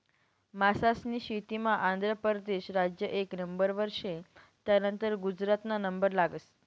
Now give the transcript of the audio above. मासास्नी शेतीमा आंध्र परदेस राज्य एक नंबरवर शे, त्यानंतर गुजरातना नंबर लागस